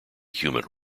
human